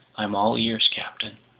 i'm all ears, captain.